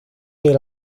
del